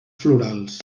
florals